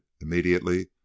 immediately